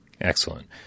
excellent